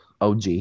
OG